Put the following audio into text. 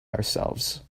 ourselves